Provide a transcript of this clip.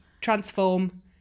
Transform